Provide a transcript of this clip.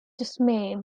dismay